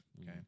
Okay